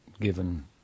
given